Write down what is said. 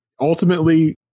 ultimately